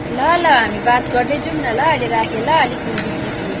ल ल हामी बात गर्दै जाउँ न ल अहिले राखेँ ल अलिक म बिजी छु